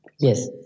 Yes